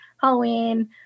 Halloween